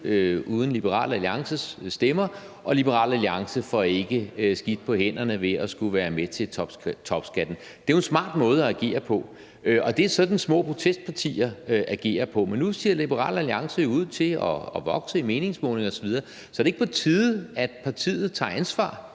uden Liberal Alliances stemmer, og Liberal Alliance får ikke skidt på hænderne ved at skulle være med til toptopskatten. Det er jo en smart måde at agere på, og det er sådan, små protestpartier agerer, men nu ser Liberal Alliance jo ud til at vokse i meningsmålingerne osv. Så er det ikke på tide, at partiet tager ansvar?